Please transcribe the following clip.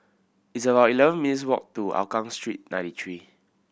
it's about eleven minutes' walk to Hougang Street Ninety Three